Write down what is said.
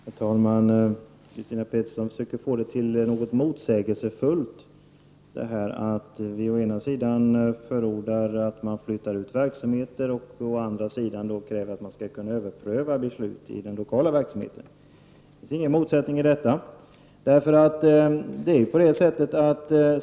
Herr talman! Christina Pettersson försöker få det till något motsägelsefullt att vi å ena sidan förordar att man flyttar ut verksamheter och å andra sidan kräver att man skall kunna överpröva beslut i den lokala verksamheten. Det finns ingen motsättning i det.